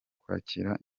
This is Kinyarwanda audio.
kwakira